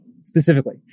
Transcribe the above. specifically